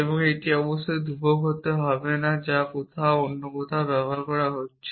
এবং এটি অবশ্যই একটি ধ্রুবক হতে হবে না যা অন্য কোথাও ব্যবহার করা হচ্ছে